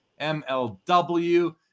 MLW